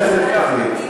העלייה והקליטה כמה פעמים,